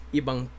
ibang